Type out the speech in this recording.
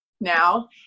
now